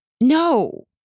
No